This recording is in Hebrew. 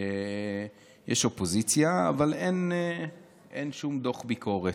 יש אופוזיציה, אבל אין שום דוח ביקורת.